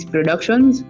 Productions